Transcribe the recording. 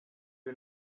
you